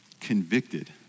convicted